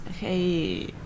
hey